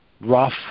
rough